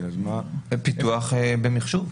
פיתוח במחשוב.